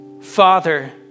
Father